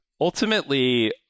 ultimately